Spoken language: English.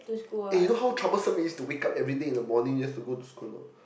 eh you know how troublesome it is to wake up everyday in the morning just to go to school or not